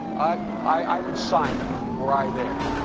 i i would sign it were i there.